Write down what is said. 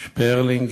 שפרלינג,